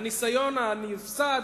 הניסיון הנפסד,